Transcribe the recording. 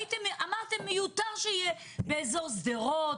אמרתם מיותר שיהיה באזור שדרות,